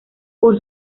por